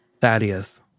Thaddeus